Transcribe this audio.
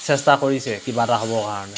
চেষ্টা কৰিছে কিবা এটা হ'বৰ কাৰণে